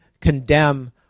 condemn